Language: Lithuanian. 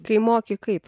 kai moki kaip